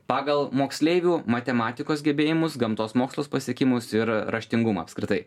pagal moksleivių matematikos gebėjimus gamtos mokslus pasiekimus ir raštingumą apskritai